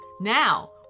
Now